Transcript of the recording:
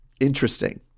Interesting